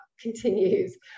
continues